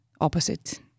opposite